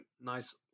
nice